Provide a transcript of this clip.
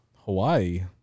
Hawaii